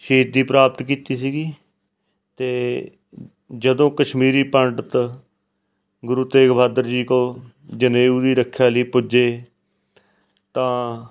ਸ਼ਹੀਦੀ ਪ੍ਰਾਪਤ ਕੀਤੀ ਸੀਗੀ ਅਤੇ ਜਦੋਂ ਕਸ਼ਮੀਰੀ ਪੰਡਿਤ ਗੁਰੂ ਤੇਗ ਬਹਾਦਰ ਜੀ ਕੋ ਜਨੇਊ ਦੀ ਰੱਖਿਆ ਲਈ ਪੁੱਜੇ ਤਾਂ